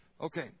Okay